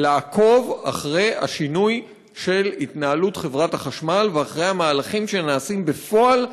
לעקוב אחרי השינוי בהתנהלות חברת החשמל ואחרי המהלכים שנעשים בפועל,